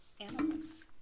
animals